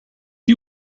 you